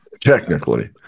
Technically